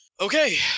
Okay